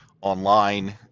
online